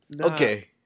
Okay